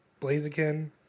Blaziken